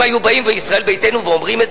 אם היו באים ישראל ביתנו ואומרים את